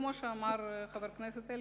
וכמו שאמר חבר הכנסת אלקין,